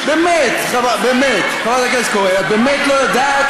באמת, באמת, חברת הכנסת קורן, את באמת לא יודעת?